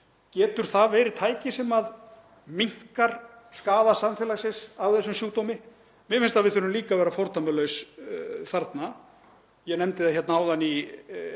getur það verið tæki sem minnkar skaða samfélagsins af þessum sjúkdómi? Mér finnst að við þurfum líka að vera fordómalaus þarna. Ég nefndi það hér áðan í ræðu